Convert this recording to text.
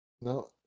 no